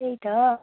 त्यही त